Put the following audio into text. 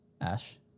Ash